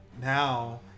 now